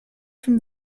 from